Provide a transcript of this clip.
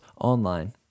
online